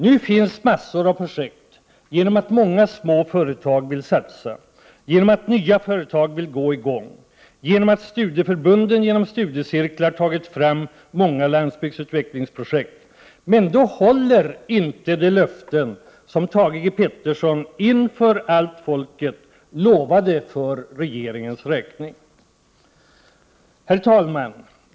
Nu finns massor av projekt genom att många små företag vill satsa, genom att nya företag vill gå i gång, genom att studieförbunden genom studiecirklar tagit fram många landsbygdsutvecklingsprojekt. Men då håller inte de löften som Thage G Peterson inför allt folket gav för regeringens räkning. Herr talman!